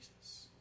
Jesus